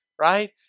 Right